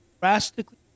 drastically